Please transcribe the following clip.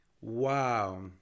wow